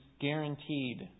guaranteed